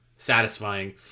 Satisfying